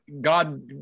God